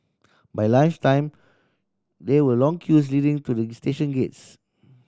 by lunch time there were long queues leading to the station gates